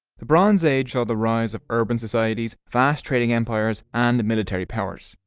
the bronze age saw the rise of urban societies, vast trading empires and military powers.